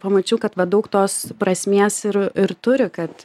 pamačiau kad va daug tos prasmės ir ir turi kad